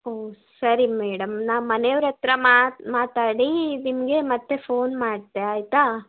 ಊಂ ಸರಿ ಮೇಡಮ್ ನಾನು ಮನೆಯವ್ರ ಹತ್ತಿರ ಮಾತಾಡಿ ನಿಮಗೆ ಮತ್ತೆ ಫೋನ್ ಮಾಡ್ತೆ ಆಯಿತಾ